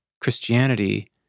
Christianity